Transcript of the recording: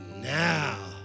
Now